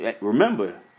remember